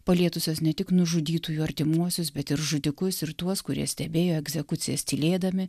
palietusios ne tik nužudytųjų artimuosius bet žudikus ir tuos kurie stebėjo egzekucijas tylėdami